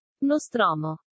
Nostromo